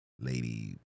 lady